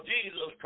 Jesus